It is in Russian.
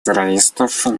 террористов